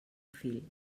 fil